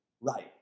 Right